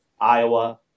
Iowa